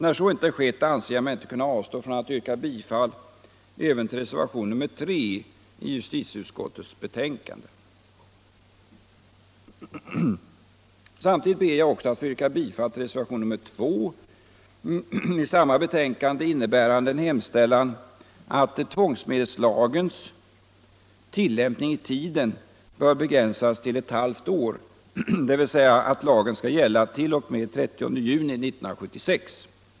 När så inte skett anser jag mig inte kunna avstå från att yrka bifall även till reservationen 3 i justitieutskottets betänkande. Samtidigt ber jag också att få yrka bifall till reservationen 2 i samma betänkande, innebärande en hemställan att tvångsmedelslagens tillämpning i tiden bör begränsas till ett halvt år, dvs. att lagen skall gälla t.o.m. den 30 juni 1976.